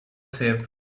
shape